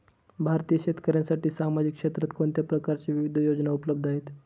भारतीय शेतकऱ्यांसाठी सामाजिक क्षेत्रात कोणत्या प्रकारच्या विविध योजना उपलब्ध आहेत?